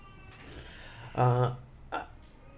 uh a~